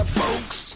folks